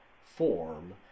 form